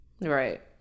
Right